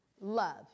love